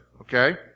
Okay